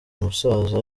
umusaza